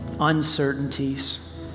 uncertainties